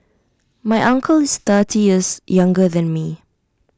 my uncle is thirty years younger than me